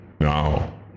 Now